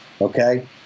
okay